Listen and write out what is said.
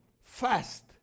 fast